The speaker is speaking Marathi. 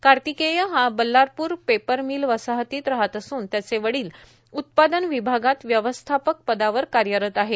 कार्तिकेय हा बल्लापूर पेपर मील वसाहतीत राहत असून त्याचे वडिल उत्पादन विभागात व्यवस्थापक पदावर कार्यरत आहे